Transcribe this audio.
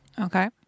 Okay